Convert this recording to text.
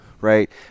right